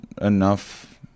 enough